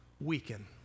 weaken